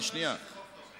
אני בדיוק אומר לה שזה חוק טוב.